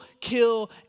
kill